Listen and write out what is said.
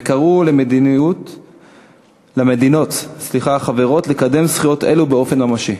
וקראו למדינות החברות לקדם זכויות אלו באופן ממשי.